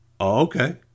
Okay